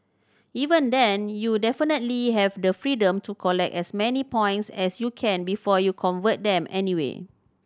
even then you definitely have the freedom to collect as many points as you can before you convert them anyway